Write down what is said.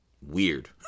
Weird